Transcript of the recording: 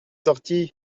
sorti